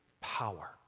power